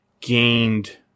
gained